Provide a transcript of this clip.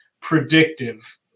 predictive